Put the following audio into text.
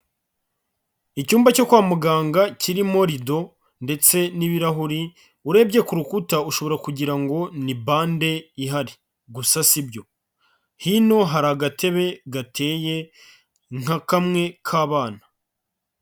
Icyumba cyo kwa muganga kirimo rido ndetse n'ibirahuri, urebye ku rukuta ushobora kugira ngo ni bande ihari. Gusa si byo. Hino hari agatebe gateye nka kamwe k'abana.